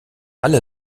alle